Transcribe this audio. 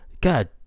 God